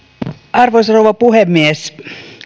arvoisa rouva puhemies